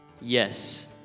Yes